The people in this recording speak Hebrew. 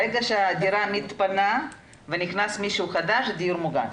ברגע שהדירה מתפנה ונכנס מישהו חדש, זה דיור מוגן.